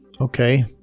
Okay